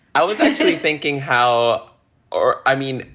i was actually thinking how or i mean,